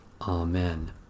Amen